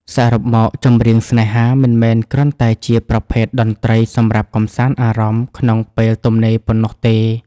សរុបមក ចម្រៀងស្នេហា មិនមែនគ្រាន់តែជាប្រភេទតន្ត្រីសម្រាប់កម្សាន្តអារម្មណ៍ក្នុងពេលទំនេរប៉ុណ្ណោះទេ